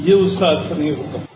ये उसका असर नहीं हो सकता